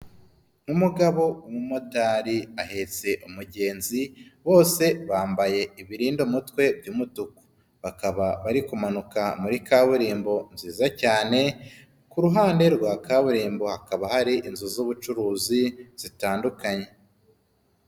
Umugabo w'umumotari ahetse umugenzi bose, bambaye ibirindi mutwe by'umutuku bakaba bari kumanuka muri kaburimbo nziza cyane, ku ruhande rwa kaburimbo hakaba hari inzu z'ubucuruzi zitandukanye.